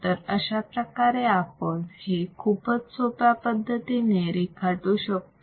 तर अशाप्रकारे आपण हे खूपच सोपा पद्धतीने रेखाटू शकतो